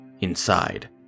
Inside